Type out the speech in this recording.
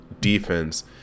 defense